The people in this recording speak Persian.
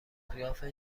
قیافه